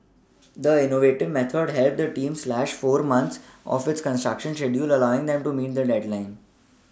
the innovative method helped the team slash four months off its construction check deal allowing them to meet the deadline